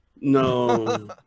No